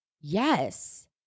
Yes